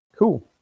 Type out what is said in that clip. Cool